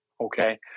okay